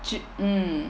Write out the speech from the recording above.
mm